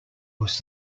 was